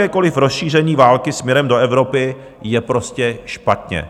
Jakékoliv rozšíření války směrem do Evropy je prostě špatně.